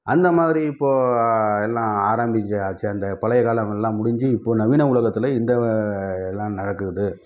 அந்த மாதிரி இப்போது எல்லா ஆரம்மிச்சாச்சி அந்த பழைய காலம் எல்லாம் முடிஞ்சு இப்போ நவீன உலகத்தில் இந்த எல்லாம் நடக்குது